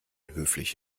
höflich